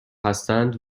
هستند